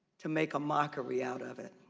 to make a mockery out of it.